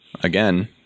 again